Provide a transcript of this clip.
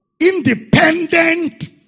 independent